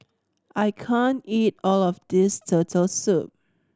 I can't eat all of this Turtle Soup